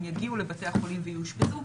הם יגיעו לבתי החולים ויאושפזו,